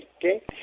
okay